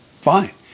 fine